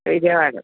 Vijayawada